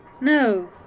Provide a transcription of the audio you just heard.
No